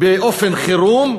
באופן חירום,